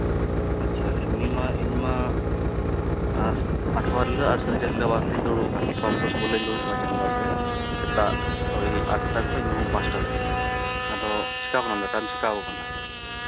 ᱟᱪᱪᱷᱟ ᱮᱢᱱᱤ ᱢᱟ ᱤᱧᱢᱟ ᱟᱴᱷᱣᱟᱨ ᱦᱤᱞᱳᱜ ᱠᱷᱚᱱᱤᱧ ᱫᱩᱲᱩᱵ ᱠᱟᱱᱟ ᱪᱮᱢᱵᱟᱨ ᱨᱮ ᱥᱮᱛᱟᱜ ᱳᱭ ᱟᱴᱴᱟ ᱠᱷᱚᱱ ᱧᱩᱦᱩᱢ ᱯᱟᱸᱪᱴᱟ ᱫᱷᱟᱹᱵᱤᱡ ᱟᱫᱚ ᱪᱤᱠᱟᱹᱣ ᱠᱟᱱᱟᱢ ᱰᱟᱴᱟᱢ ᱪᱤᱠᱟᱹᱣ ᱠᱟᱱᱟ